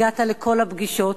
הגעת לכל הפגישות.